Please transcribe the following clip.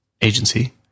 agency